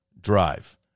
drive